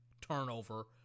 turnover